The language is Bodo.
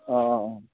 अ